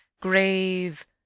grave